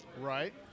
Right